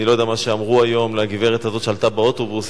אני לא יודע מה אמרו היום לגברת הזאת שעלתה באוטובוס,